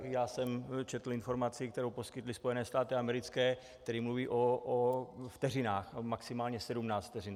Já jsem četl informaci, kterou poskytly Spojené státy americké, které mluví o vteřinách, maximálně 17 vteřin.